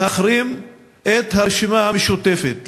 להחרים את הרשימה המשותפת,